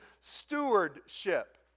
stewardship